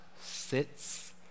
sits